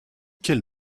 quelle